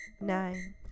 nine